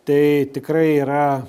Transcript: tai tikrai yra